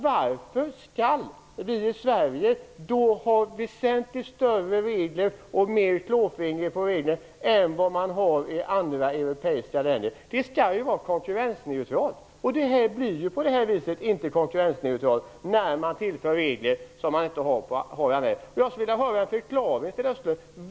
Varför skall vi i Sverige ha väsentligt mer omfattande regler och vara mer klåfingriga än i andra europeiska länder? Det skall ju råda konkurrensneutralitet. Det blir inte konkurrensneutralt när man tillför regler som inte finns andra länder. Jag skulle vilja höra en förklaring, Sten Östlund.